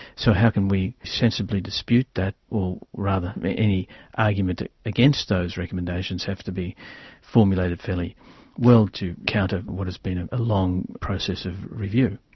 so how can we sensibly dispute that, or rather any argument against those recommendations have to be formulated fairly well to counter what has been a ah long process of review.